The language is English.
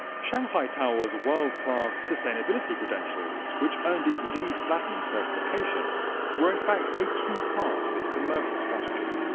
shanghai tower's world-class sustainability credentials which earned it leed platinum certification were in fact a key part of its commercial strategy.